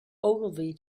ogilvy